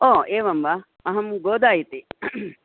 ओ एवं वा अहं गोदा इति